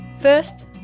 First